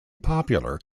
popular